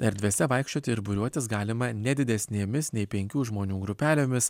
erdvėse vaikščioti ir būriuotis galima ne didesnėmis nei penkių žmonių grupelėmis